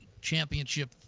championship